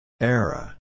Era